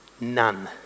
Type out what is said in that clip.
None